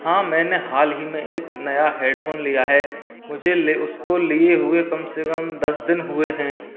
हाँ मैंने हाल ही में एक नया हेडफोन लिया है मुझे ले उसको लिये हुए कम से कम दस दिन हुए है